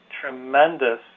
tremendous